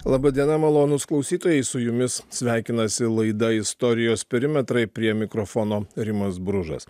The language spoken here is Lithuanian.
laba diena malonūs klausytojai su jumis sveikinasi laida istorijos perimetrai prie mikrofono rimas bružas